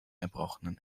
erbrochenen